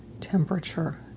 temperature